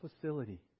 facility